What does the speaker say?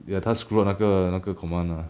ya 他 screw up 那个那个 command lah